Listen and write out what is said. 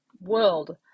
world